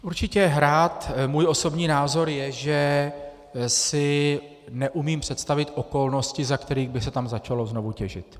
Určitě můj osobní názor je, že si neumím představit okolnosti, za kterých by se tam začalo znovu těžit.